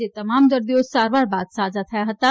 જે તમામ દર્દીઓ સારવાર બાદ સાજા થયા હતાં